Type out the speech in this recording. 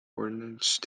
ordnance